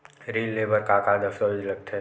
ऋण ले बर का का दस्तावेज लगथे?